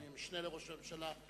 אדוני המשנה לראש הממשלה,